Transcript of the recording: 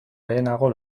lehenago